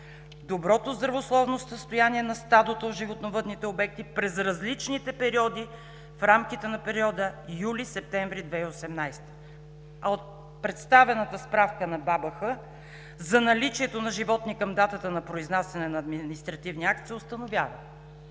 доброто здравословно състояние на стадото в животновъдните обекти през различните периоди в рамките на периода юли – септември 2018 г. А от представената справка на БАБХ за наличието на животни към датата на произнасяне на административния акт се установява,